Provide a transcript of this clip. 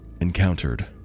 encountered